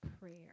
prayer